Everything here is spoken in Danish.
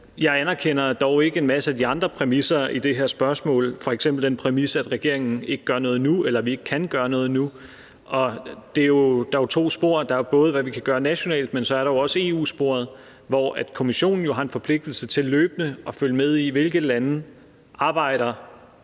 Jeg anerkender dog ikke en masse af de andre præmisser i det her spørgsmål, f.eks. den præmis, at regeringen ikke gør noget nu, eller at vi ikke kan gøre noget nu. Der er jo to spor. Der er både, hvad vi kan gøre nationalt, men så er der også EU-sporet, hvor Kommissionen jo har en forpligtelse til løbende at følge med i, hvilke lande der arbejder